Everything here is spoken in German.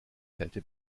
kälte